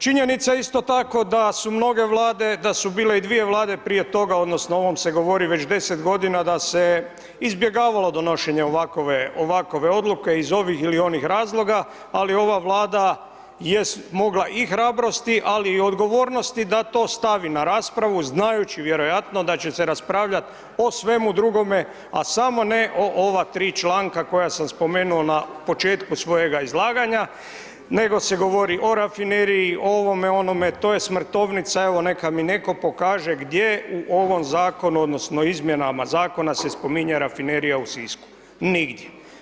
Činjenica je isto tako da su mnoge vlade, da su bile i dvije vlade prije toga odnosno o ovom se govori već 10 godina, da se izbjegavalo donošenje ovakove, ovakove odluke iz ovih ili onih razloga ali ova Vlada je smogla i hrabrosti ali i odgovornost da to stavi na raspravu znajući vjerojatno da će se raspravljat o svemu drugome, a samo ne o ova tri članka koja sam spomenuo na početku svojega izlaganja, nego se govori o rafineriji o ovome, o onome, to je smrtovnica evo neka mi neko pokaže gdje u ovom zakonu odnosno izmjenama zakona se spominje rafinerija u Sisku, nigdje.